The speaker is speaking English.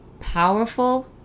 Powerful